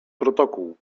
protokół